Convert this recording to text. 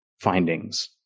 findings